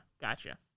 gotcha